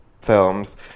films